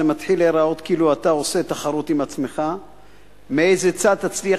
זה מתחיל להיראות כאילו אתה עושה תחרות עם עצמך מאיזה צד תצליח